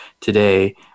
today